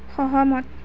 সহমত